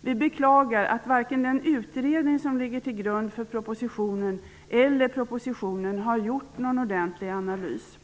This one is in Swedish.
Vi beklagar att varken den utredning som ligger till grund för propositionen eller propositionen innehåller någon ordentlig analys.